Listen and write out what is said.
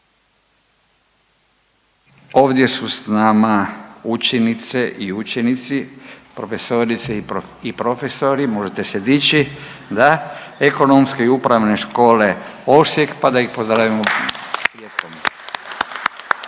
Ovdje su sa nama učenice i učenici, profesorice i profesori možete se diči da, Ekonomske i upravne škole Osijek pa da ih pozdravimo